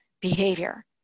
behavior